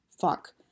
Fuck